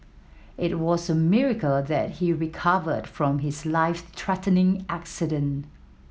it was a miracle that he recovered from his life threatening accident